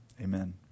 Amen